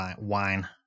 wine